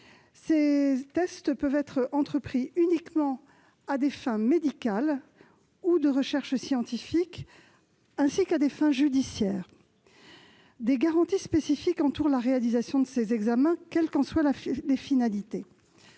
ces tests peuvent être entrepris uniquement à des fins médicales ou de recherches scientifiques ainsi qu'à des fins judiciaires. Des garanties spécifiques entourent la réalisation de ces examens, quelles qu'en soient les finalités.